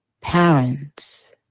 parents